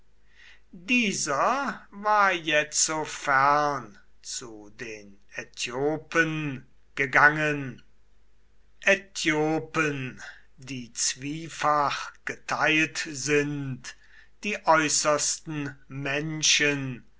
dieser war jetzo fern zu den aithiopen gegangen aithiopen die zwiefach geteilt sind die äußersten menschen